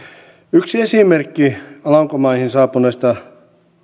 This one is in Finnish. yksi esimerkki alankomaihin saapuneista